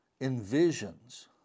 envisions